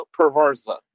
Perversa